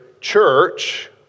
church